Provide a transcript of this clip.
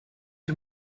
you